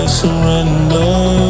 surrender